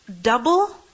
Double